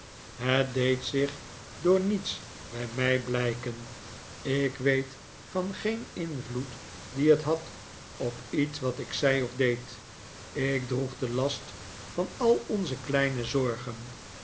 het deed zich door niets bij mij blijken ik weet van geen invloed dien het had op iets wat ik zei of deed ik droeg den last van al onze kleine zorgen